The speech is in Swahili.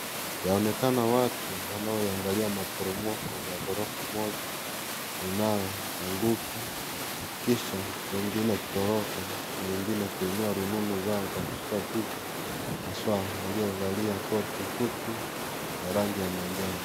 Yaonekana watu wanaongalia maporomoko ya ghorofa moja linao anguka kisha wengine kutoroka na wengine kuinua rununu zao na kuchukua picha haswa aliyevalia koti fupi ya rangi ya manjano.